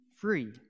free